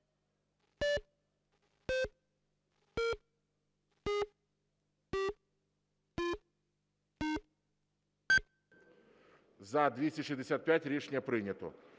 За-263 Рішення прийнято.